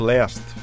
Last